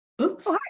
Oops